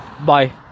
bye